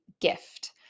gift